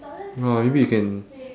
no maybe you can